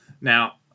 Now